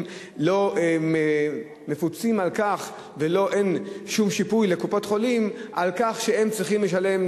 לא מפוצות על כך ואין שום שיפוי לקופות-החולים על כך שהן צריכות לשלם,